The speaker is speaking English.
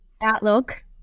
Outlook